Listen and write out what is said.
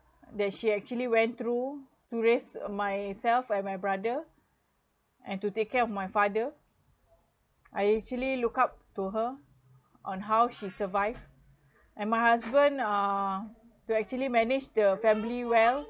that she actually went through to raise myself and my brother and to take care of my father I actually look up to her on how she survive and my husband uh to actually manage the family well